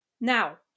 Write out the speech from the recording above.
Now